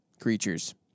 creatures